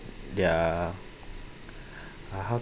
they are ah how